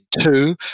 two